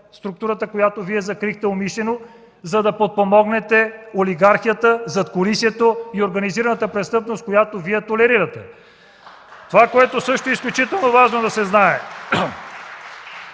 Структурата, която Вие закрихте умишлено, за да подпомогнете олигархията, задкулисието и организираната престъпност, която Вие толерирате. (Ръкопляскания от ГЕРБ.) Също така е изключително важно да се знае